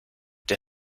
der